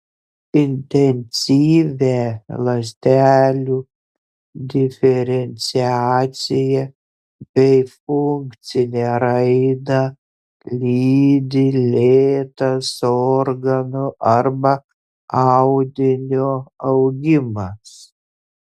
intensyvią ląstelių diferenciaciją bei funkcinę raidą lydi lėtas organo arba audinio augimas